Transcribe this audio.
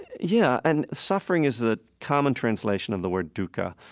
yeah, and suffering is the common translation of the word dukkha,